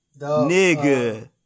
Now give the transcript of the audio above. nigga